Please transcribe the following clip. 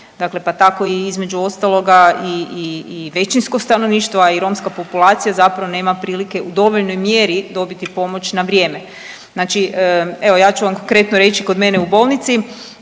dakle pa tako između ostaloga i većinsko stanovništvo, a i romska populacija zapravo nema prilike u dovoljnoj mjeri dobiti pomoć na vrijeme. Znači evo ja ću vam konkretno reći kod mene u bolnici,